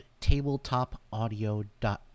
TabletopAudio.com